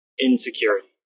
insecurity